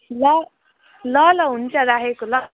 ल ल ल हुन्छ राखेको ल